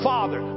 Father